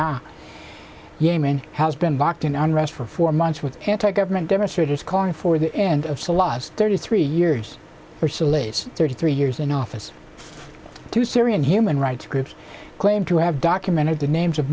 yemen has been locked in unrest for four months with anti government demonstrators calling for the end of salon's thirty three years or so late thirty three years in office to syrian human rights groups claim to have documented the names of